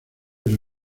pero